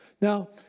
Now